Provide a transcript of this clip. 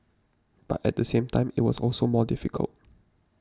but at the same time it was also more difficult